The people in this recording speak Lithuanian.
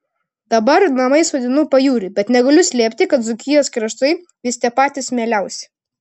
dabar namais vadinu pajūrį bet negaliu slėpti kad dzūkijos kraštai vis tiek patys mieliausi